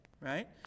right